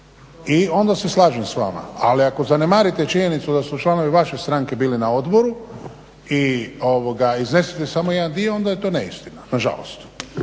I onda se slažem s vama. Ali ako zanemarite činjenicu da su članovi vaše stranke bili na odboru i iznesete samo jedan dio onda je to neistina, nažalost.